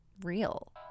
real